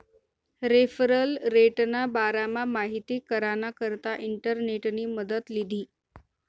referral रेटना बारामा माहिती कराना करता इंटरनेटनी मदत लीधी